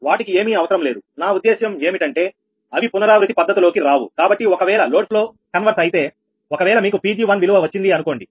వాటికి ఏమీ అవసరం లేదు నా ఉద్దేశ్యం ఏంటంటే అవి పునరావృత్తి పద్ధతిలో కి రావుకాబట్టి ఒకవేళ లోడ్ ఫ్లో కన్వర్స్ అయితే ఒకవేళ మీకు 𝑃𝑔1 విలువ వచ్చింది అనుకోండి